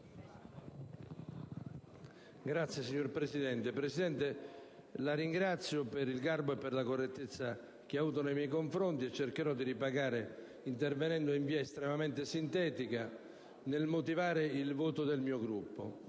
Sud)*. Signor Presidente, la ringrazio per il garbo e la correttezza che ha avuto nei miei confronti. Cercherò di ripagarla intervenendo in maniera estremamente sintetica nel motivare il voto del mio Gruppo.